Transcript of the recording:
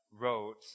wrote